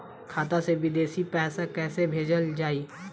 खाता से विदेश पैसा कैसे भेजल जाई?